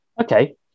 Okay